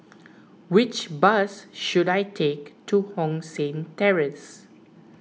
which bus should I take to Hong San Terrace